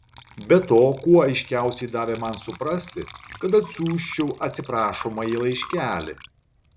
be to kuo aiškiausiai davė man suprasti kad atsiųsčiau atsiprašomąjį laiškelį